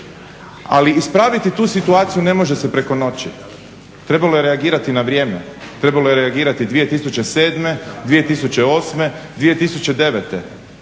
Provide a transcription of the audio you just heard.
ali ispraviti tu situaciju ne može se preko noći. Trebalo je reagirati na vrijeme, trebalo je reagirati 2007., 2008, 2009.kada